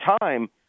time